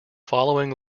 following